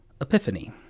Epiphany